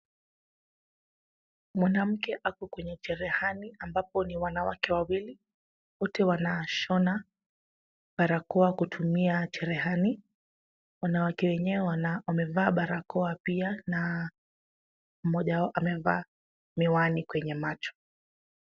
Mwanamke ako kwenye cherehani ambapo ni wanawake wawili. Wote wanashona barakoa kutumia cherehani. Wanawake wenyewe wana, wamevaa barakoa pia na mmoja wao amevaa miwani kwenye macho.